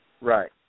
Right